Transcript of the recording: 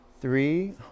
three